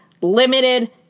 limited